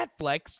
Netflix